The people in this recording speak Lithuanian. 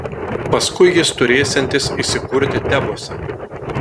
paskui jis turėsiantis įsikurti tebuose